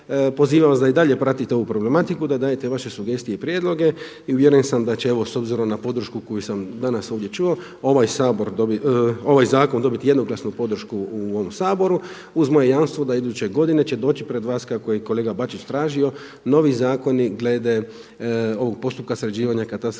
Pozivam vas da i dalje pratite ovu problematiku, da i dalje dajete veše sugestije i prijedloge i uvjeren sam da će evo s obzirom na podršku koju sam danas ovdje čuo, ovaj zakon dobiti jednoglasnu podršku u ovom Saboru, uz moje jamstvo da iduće godine će doći pred vas kako je kolega Bačić tražio, novi zakoni glede ovog postupka sređivanja katastra